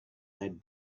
that